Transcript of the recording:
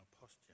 posture